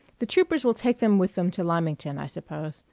the troopers will take them with them to lymington, i suppose.